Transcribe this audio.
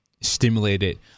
stimulated